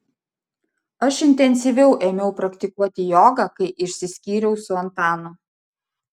aš intensyviau ėmiau praktikuoti jogą kai išsiskyriau su antanu